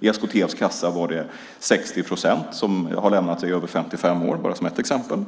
I SKTF:s kassa var 60 procent av dem som har lämnat över 55 år, bara som ett exempel.